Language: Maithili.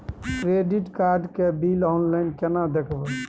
क्रेडिट कार्ड के बिल ऑनलाइन केना देखबय?